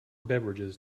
beverages